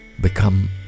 become